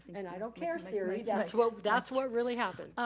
and i don't care, siri. that's what that's what really happened.